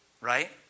right